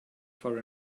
for